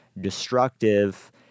destructive